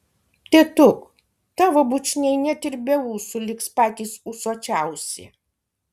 tėtuk tavo bučiniai net ir be ūsų liks patys ūsuočiausi